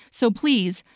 so please,